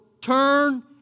turn